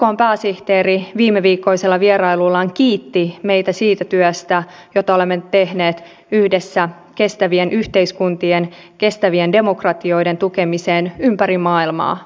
ykn pääsihteeri viimeviikkoisella vierailullaan kiitti meitä siitä työstä jota olemme tehneet yhdessä kestävien yhteiskuntien kestävien demokratioiden tukemiseksi ympäri maailmaa